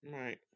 Right